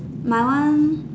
my one